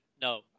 no